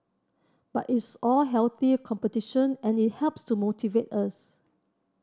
but it's all healthy competition and it helps to motivate us